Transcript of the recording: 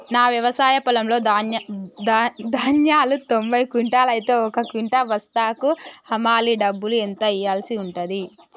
నా వ్యవసాయ పొలంలో ధాన్యాలు తొంభై క్వింటాలు అయితే ఒక క్వింటా బస్తాకు హమాలీ డబ్బులు ఎంత ఇయ్యాల్సి ఉంటది?